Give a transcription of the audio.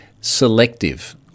selective